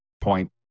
point